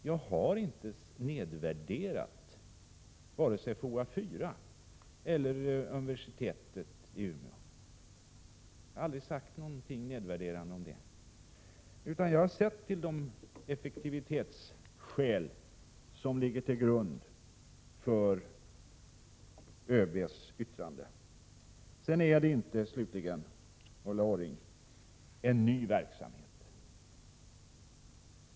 Jag har aldrig sagt någonting nedvärderande vare sig om FOA 4 eller universitetet i Umeå, utan jag har sett till de effektivitetsskäl som ligger till grund för ÖB:s yttrande. För övrigt är det inte någon ny verksamhet som skall starta.